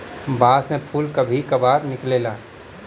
बांस में फुल कभी कभार निकलेला